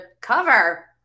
cover